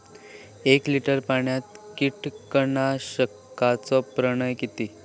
एक लिटर पाणयात कीटकनाशकाचो प्रमाण किती?